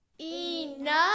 Enough